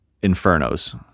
infernos